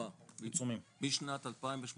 משנת 2018